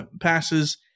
passes